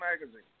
Magazine